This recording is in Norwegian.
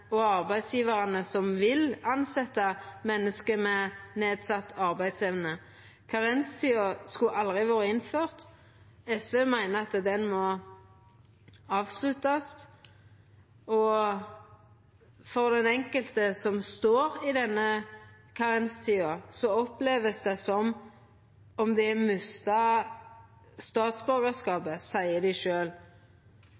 og arbeidsgjevarane som vil tilsette menneske med nedsett arbeidsevne? Karenstida skulle aldri vore innført. SV meiner at ho må avsluttast. For den enkelte som står i denne karenstida, vert det opplevd som om